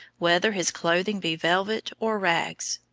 whether his clothing be velvet or rags,